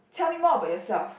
tell me more about yourself